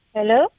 Hello